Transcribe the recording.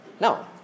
No